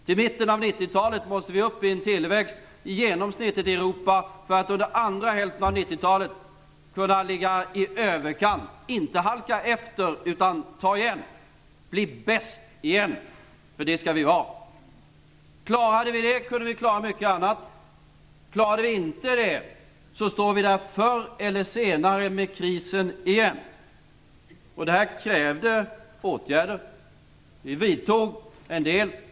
Till mitten av 90-talet måste vi ha uppnått en tillväxt som motsvarar genomsnittet i Europa för att under andra hälften av 90-talet kunna befinna oss i den övre delen. Vi skall inte halka efter utan ta igen och bli bäst igen. Det skall vi vara. Om vi klarade det, så kan vi klara mycket annat. Om vi inte klarade skulle vi förr eller senare komma att stå där med krisen igen. Det krävdes åtgärder. Vi vidtog en del åtgärder.